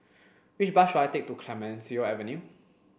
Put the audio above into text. which bus should I take to Clemenceau Avenue